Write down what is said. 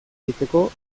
egiteko